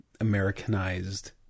Americanized